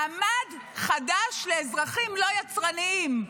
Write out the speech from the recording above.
מעמד חדש לאזרחים לא יצרניים,